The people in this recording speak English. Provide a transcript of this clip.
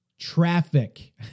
traffic